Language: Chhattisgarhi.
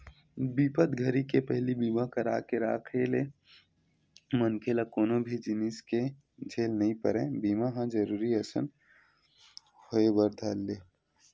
बिपत घरी के पहिली बीमा करा के राखे ले मनखे ल कोनो भी जिनिस के झेल नइ परय बीमा ह जरुरी असन होय बर धर ले